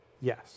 Yes